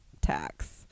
tax